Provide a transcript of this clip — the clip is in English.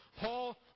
Paul